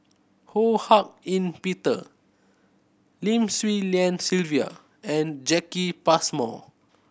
Ho Hak Ean Peter Lim Swee Lian Sylvia and Jacki Passmore